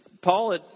Paul